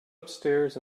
upstairs